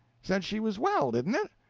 said she was well, didn't it?